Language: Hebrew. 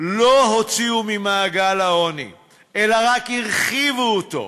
לא הוציאו ממעגל העוני אלא רק הרחיבו אותו.